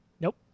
Nope